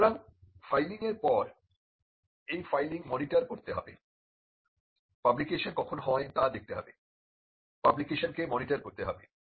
সুতরাং ফাইলিংয়ের পর এই ফাইলিং মনিটর করতে হবে পাবলিকেশন কখন হয় তা দেখতে হবে পাবলিকেশনকে মনিটর করতে হবে